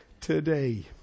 today